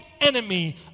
enemy